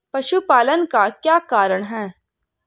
पशुपालन का क्या कारण है?